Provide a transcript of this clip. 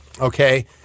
okay